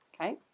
Okay